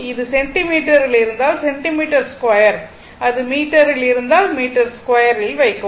இது சென்டிமீட்டரில் இருந்தால் சென்டிமீட்டர்2 அது மீட்டரில் இருந்தால் மீட்டர்2 இல் வைக்கவும்